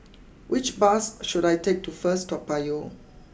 which bus should I take to first Toa Payoh